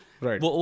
Right